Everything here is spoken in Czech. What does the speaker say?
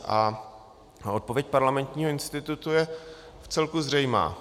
A odpověď Parlamentního institutu je vcelku zřejmá.